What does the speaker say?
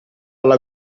alla